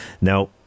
Now